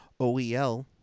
OEL